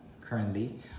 currently